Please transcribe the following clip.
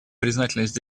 признательность